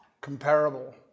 comparable